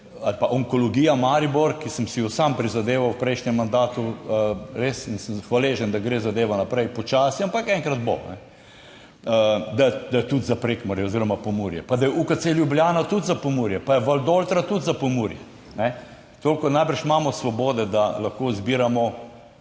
ali pa Onkologija Maribor, ki sem si jo sam prizadeval v prejšnjem mandatu, res sem hvaležen, da gre zadeva naprej počasi, ampak enkrat bo, da je tudi za Prekmurje oziroma Pomurje, pa da je UKC Ljubljana tudi za Pomurje, pa je Valdoltra tudi za Pomurje, kajne. Toliko. Najbrž imamo svobode, da lahko izbiramo